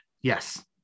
yes